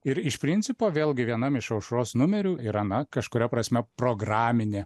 ir iš principo vėlgi vienam iš aušros numerių yra na kažkuria prasme programinė